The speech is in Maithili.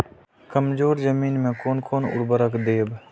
कमजोर जमीन में कोन कोन उर्वरक देब?